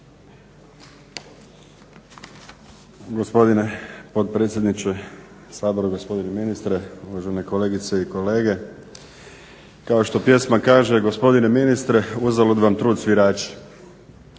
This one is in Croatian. Gospodine potpredsjedniče Sabora, gospodine ministre, uvažane kolegice i kolege. Kao što pjesma gospodine ministre "Uzalud vam trud svirači".